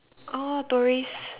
oh tourist